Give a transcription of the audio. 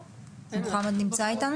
מוחמד נמצא איתנו?